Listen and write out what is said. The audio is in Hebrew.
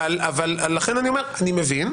אבל לכן אני אומר אני מבין,